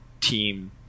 team